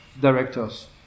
directors